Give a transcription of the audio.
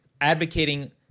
advocating